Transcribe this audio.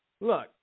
Look